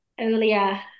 earlier